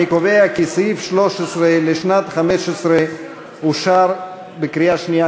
אני קובע כי סעיף 13 לשנת 2015 אושר בקריאה שנייה,